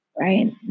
right